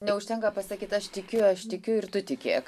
neužtenka pasakyt aš tikiu aš tikiu ir tu tikėk